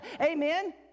Amen